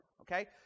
Okay